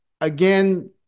again